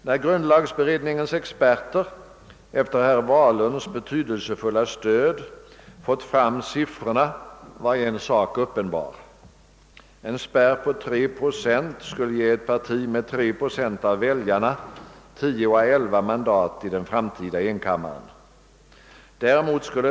När grundlagberedningens experter med herr Wahlunds betydelsefulla stöd fått fram siffrorna var en sak uppenbar: en spärr på 3 procent skulle ge ett parti med 3 procent av väljarna 10 å 11 mandat i den framtida enkammarriksdagen.